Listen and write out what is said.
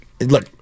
Look